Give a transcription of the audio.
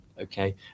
okay